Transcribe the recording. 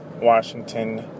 Washington